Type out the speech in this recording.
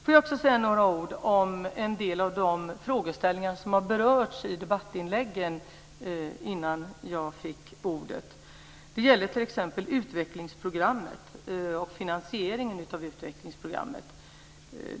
Låt mig också säga några ord om en del av de frågeställningar som har berörts i debattinläggen innan jag fick ordet. Det gäller t.ex. utvecklingsprogrammet och finansieringen av det.